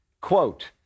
Quote